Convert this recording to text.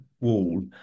wall